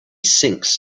sinks